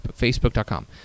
facebook.com